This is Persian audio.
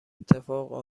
اتفاق